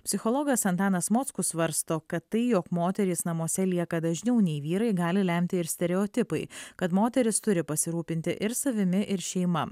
psichologas antanas mockus svarsto kad tai jog moterys namuose lieka dažniau nei vyrai gali lemti ir stereotipai kad moterys turi pasirūpinti ir savimi ir šeima